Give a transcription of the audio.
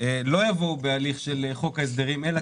לא יבואו בהליך של חוק ההסדרים אלא,